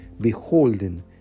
beholding